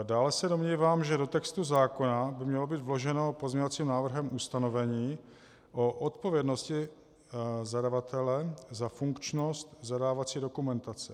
Dále se domnívám, že do textu zákona by mělo být vloženo pozměňovacím návrhem ustanovení o odpovědnosti zadavatele za funkčnost zadávací dokumentace.